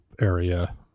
area